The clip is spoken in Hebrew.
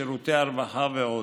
שירותי הרווחה ועוד,